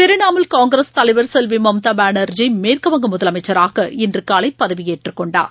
திரிணமுல் காங்கிரஸ் தலைவர் செல்விமம்தாபானா்ஜி மேற்குவங்க முதலமைச்சராக இன்றுகாவைபதவியேற்றுக் கொண்டார்